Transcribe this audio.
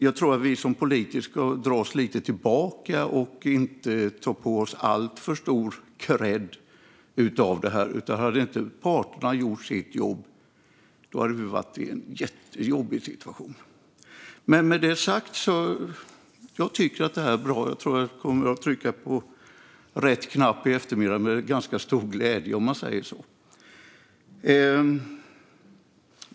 Men vi politiker bör dra oss tillbaka och inte ta på oss alltför stor kredd för detta. Om inte parterna hade gjort sitt jobb hade vi varit i en jättejobbig situation. Med detta sagt tycker jag att detta är bra, och jag kommer med stor glädje att trycka på rätt knapp i eftermiddag.